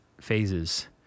phases